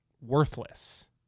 worthless